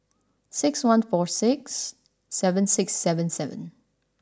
six one four six seven six seven seven